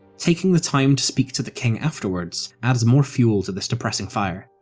taking the time to speak to the king afterwards adds more fuel to this depressing fire,